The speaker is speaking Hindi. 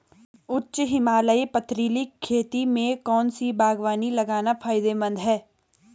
उच्च हिमालयी पथरीली खेती में कौन सी बागवानी लगाना फायदेमंद है?